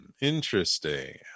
Interesting